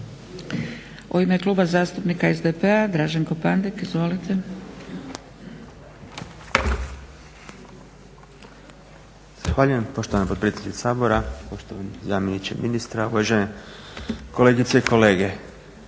U ime Kluba zastupnika SDP-a Draženko Pandek. Izvolite. **Pandek, Draženko (SDP)** Zahvaljujem poštovana potpredsjednice Sabora, poštovani zamjeniče ministra, uvažene kolegice i kolege.